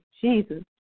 Jesus